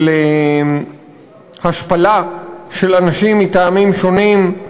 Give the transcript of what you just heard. של השפלה של אנשים, מטעמים שונים,